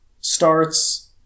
starts